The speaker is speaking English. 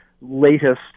latest